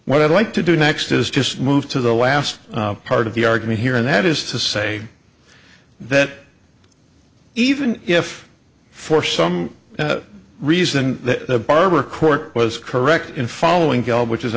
what i'd like to do next is just move to the last part of the argument here and that is to say that even if for some reason that barbara court was correct in following which